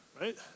right